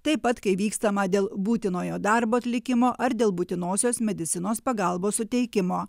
taip pat kai vykstama dėl būtinojo darbo atlikimo ar dėl būtinosios medicinos pagalbos suteikimo